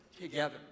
together